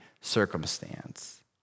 circumstance